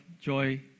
joy